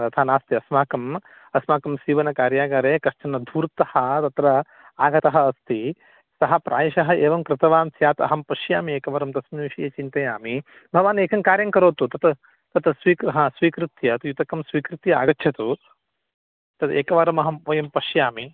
तथा नास्ति अस्माकम् अस्माकं सीवनं कार्यागारे कश्चनः धूर्तः तत्र आगतः अस्ति सः प्रायशः एवं कृतवान् स्यात् अहं पश्यामि एकवारं तस्मिन् विषये चिन्तयामि भवानेकं कार्यं करोतु तत् तत् स्वीक् ह स्वीकृत्य युतकं स्वीकृत्य आगच्छतु तद् एकवारम् अहं वयं पश्यामि